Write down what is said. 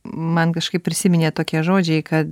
man kažkaip prisiminė tokie žodžiai kad